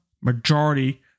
majority